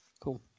Cool